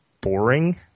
boring